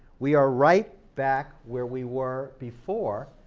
we are right back where we were before.